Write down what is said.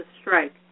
strike